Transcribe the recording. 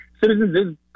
Citizens